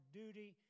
duty